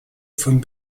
von